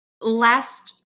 last